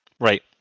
Right